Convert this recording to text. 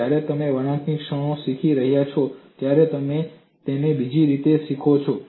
જ્યારે તમે વળાંકની ક્ષણો શીખી રહ્યા હો ત્યારે તમે તેને બીજી રીતે શીખો છો